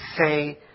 say